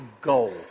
goal